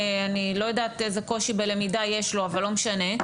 אני לא יודעת איזה קושי בלמידה יש לו אבל לא משנה.